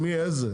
למי, איזה?